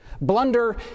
Blunder